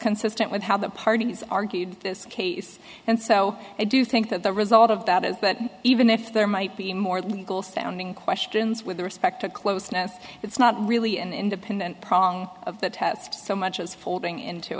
consistent with how the parties argued this case and so i do think that the result of that is that even if there might be more legal standing questions with respect to closeness it's not really an independent problem of the test so much as folding into